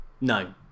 No